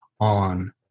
on